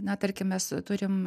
na tarkim mes turim